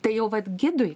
tai jau vat gidui